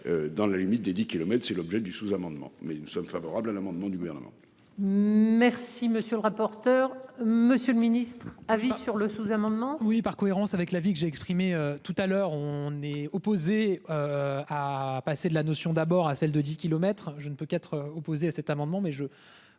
Dans la limite des 10 kilomètres. C'est l'objet du sous-amendement mais nous sommes favorables à l'amendement du gouvernement. Merci monsieur le rapporteur. Monsieur le Ministre à vie sur le sous-amendement. Oui, par cohérence avec la vie que j'ai exprimé tout à l'heure on est opposé. À passer de la notion d'abord à celle de 10 kilomètres, je ne peux qu'être opposé à cet amendement